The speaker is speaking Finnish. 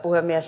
puhemies